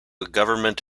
government